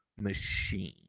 machine